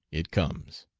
it comes!